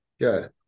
good